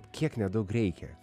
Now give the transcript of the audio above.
kiek nedaug reikia